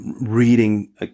reading